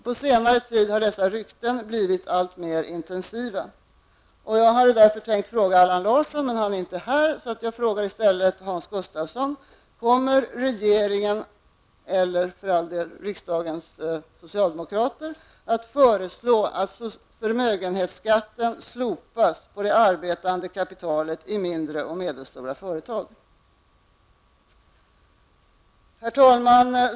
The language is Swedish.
På senare tid har dessa rykten blivit alltmer intensiva. Allan Larsson är inte här, varför jag frågar Hans Gustafsson: Kommer regeringen eller för all del riksdagens socialdemokrater att föreslå att förmögenhetsskatten slopas på det arbetande kapitalet i mindre och medelstora företag? Herr talman!